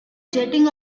jetting